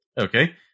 Okay